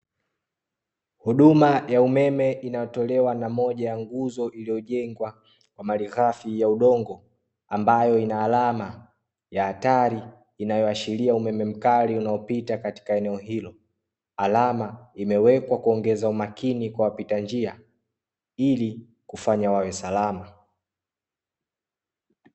Huduma ya umeme inayotolewa na moja ya nguzo iliyojengwa kwa malighafi ya udongo, ambayo ina alama ya "hatari" inayoashiria umeme mkali unaopita katika eneo hilo. Alama imewekwa kuongeza umakini kwa wapita njia, ili kufanya wawe salama.